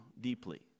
deeply